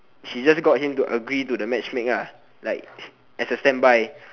she just got him to agree to the matchmake lah like as a standby